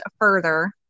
further